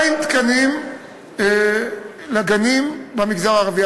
200 תקנים לגנים במגזר הערבי.